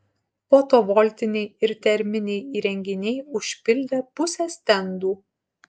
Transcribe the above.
fotovoltiniai ir terminiai įrenginiai užpildė pusę stendų